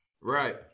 Right